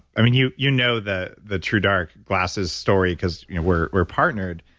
i mean, you you know the the truedark glasses story because we're we're partnered,